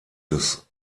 des